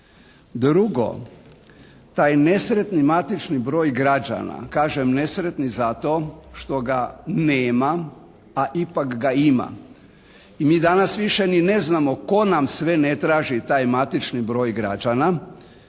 Drugo, taj nesretni matični broj građana, kažem nesretni zato što ga nema, a ipak ga ima. I mi danas više ni ne znamo tko nam sve ne traži taj matični broj građana